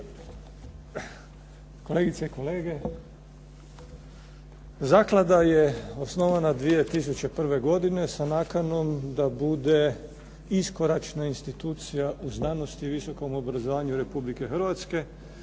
Kolegice i kolege. Zaklada je osnovana 2001. godine sa nakanom da bude iskoračna institucija u znanosti i visokom obrazovanju Republike Hrvatske,